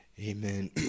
Amen